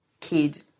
kid